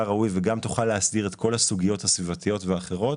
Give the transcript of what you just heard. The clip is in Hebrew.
הראוי ותוכל להסדיר את כל הסוגיות הסביבתיות והאחרות